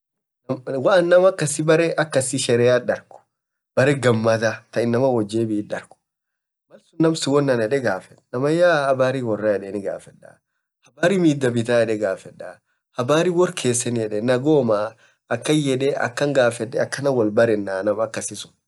malaan naam akasii baree sherea baree gamadaa taa inamaan woat jebii.namayaa habarii woraa ?edee gafeed, habarii midaa bitaa?habarii wor keseeni?akan gafedee akannan woalbarenaa.